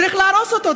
צריך להרוס אותו,